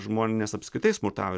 žmonės apskritai smurtauja ir